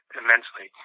immensely